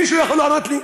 מישהו יכול לענות לי?